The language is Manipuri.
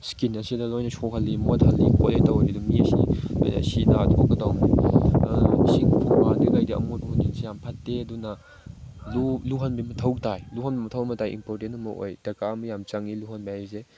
ꯏꯁꯀꯤꯟ ꯑꯁꯤꯗ ꯂꯣꯏꯅ ꯁꯣꯛꯍꯜꯂꯤ ꯃꯣꯠꯍꯜꯂꯤ ꯈꯣꯠꯂꯦ ꯇꯧꯕꯗ ꯃꯤꯁꯤ ꯑꯁꯤ ꯑꯅꯥ ꯊꯣꯛꯀꯗꯕ ꯑꯗꯨꯅ ꯏꯁꯤꯡ ꯈꯣꯡꯕꯥꯟꯗꯒꯤ ꯀꯩꯗꯒꯤ ꯑꯃꯣꯠꯄꯈꯨꯗꯤꯡꯁꯤ ꯌꯥꯝ ꯐꯠꯇꯦ ꯑꯗꯨꯅ ꯂꯨꯍꯟꯕꯒꯤ ꯃꯊꯧ ꯇꯥꯏ ꯂꯨꯍꯟꯕ ꯃꯊꯧ ꯑꯃ ꯇꯥꯏ ꯏꯝꯄꯣꯔꯇꯦꯟ ꯑꯃ ꯑꯣꯏ ꯗꯔꯀꯥꯔ ꯑꯃ ꯌꯥꯝ ꯆꯪꯏ ꯂꯨꯍꯟꯕꯒꯤ ꯍꯥꯏꯕꯁꯦ